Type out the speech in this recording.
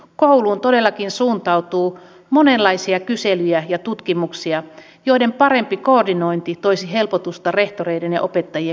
kouluun todellakin suuntautuu monenlaisia kyselyjä ja tutkimuksia joiden parempi koordinointi toisi helpotusta rehtoreiden ja opettajien kouluvuoteen